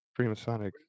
freemasonic